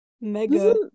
mega